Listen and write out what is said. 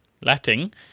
Latin